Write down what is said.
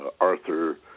Arthur